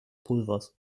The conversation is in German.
pulvers